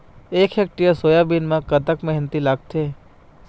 एक hectare soybean म कतक मेहनती लागथे?